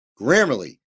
Grammarly